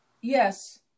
yes